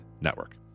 Network